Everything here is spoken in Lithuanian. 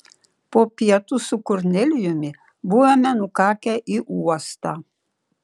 po pietų su kornelijumi buvome nukakę į uostą